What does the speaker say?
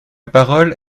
parole